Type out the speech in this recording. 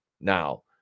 now